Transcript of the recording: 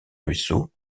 ruisseau